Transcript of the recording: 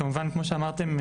כמובן כמו שאמרתם,